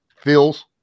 feels